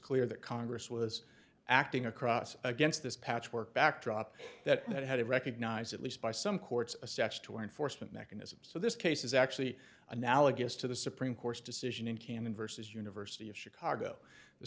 clear that congress was acting across against this patchwork backdrop that had recognized at least by some courts a stretch to enforcement mechanism so this case is actually analogous to the supreme court's decision in canon versus university of chicago the